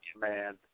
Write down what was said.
man